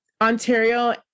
ontario